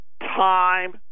time